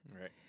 Right